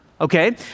okay